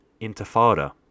intifada